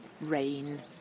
rain